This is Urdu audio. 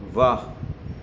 واہ